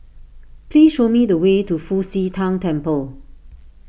please show me the way to Fu Xi Tang Temple